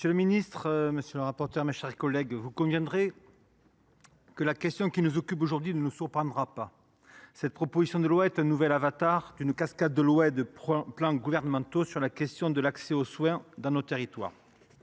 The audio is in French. Monsieur le ministre, mes chers collègues, vous en conviendrez : la question qui nous occupe aujourd’hui ne nous surprend pas. Cette proposition de loi est un nouvel avatar d’une cascade de lois et de plans gouvernementaux sur la question de l’accès aux soins dans nos territoires.